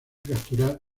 capturar